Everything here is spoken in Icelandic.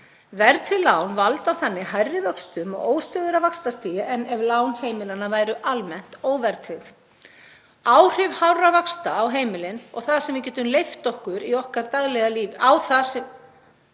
Verðtryggð lán valda þannig hærri vöxtum og óstöðugra vaxtastigi en ef lán heimilanna væru almennt óverðtryggð. Áhrif hárra vaxta á heimilin og það sem við getum leyft okkur í okkar daglega lífi eru ómæld